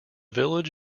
village